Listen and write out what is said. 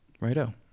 Righto